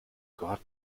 gott